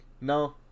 no